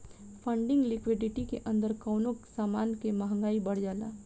funding liquidity के अंदर कवनो समान के महंगाई बढ़ जाला